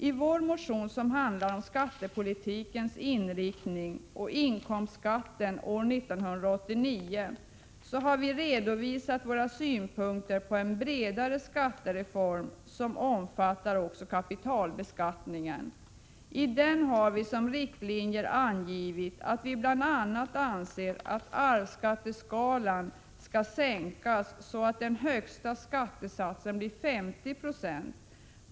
I vår motion, som handlar om skattepolitikens inriktning och inkomstskatten år 1989, har vi redovisat våra synpunkter på en bredare skattereform som omfattar också kapitalbeskattningen. Vi har där angivit att vi bl.a. anser att arvsskatteskalan skall sänkas så att den högsta skattesatsen blir 50 96.